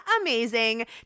amazing